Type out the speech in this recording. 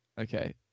Okay